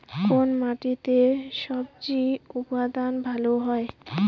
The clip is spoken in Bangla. কোন মাটিতে স্বজি উৎপাদন ভালো হয়?